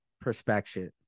perspective